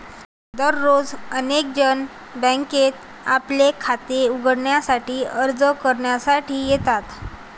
दररोज अनेक जण बँकेत आपले खाते उघडण्यासाठी अर्ज करण्यासाठी येतात